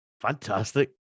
Fantastic